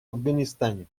афганистане